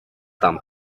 tam